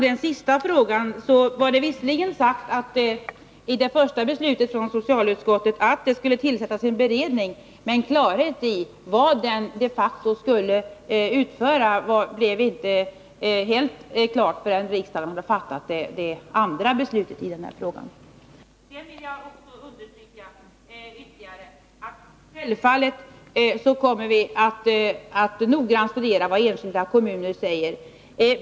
Herr talman! Beträffande den sista frågan: I det första beslutet var det visserligen sagt från socialutskottet att det skulle tillsättas en beredning, men någon klarhet i vad den de facto skulle utföra kom man inte fram till förrän riksdagen hade fattat det andra beslutet i den här frågan. Sedan vill jag understryka ytterligare att vi självfallet kommer att noggrant studera vad enskilda kommuner säger.